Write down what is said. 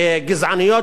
זה מסוכן.